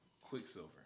Quicksilver